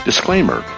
Disclaimer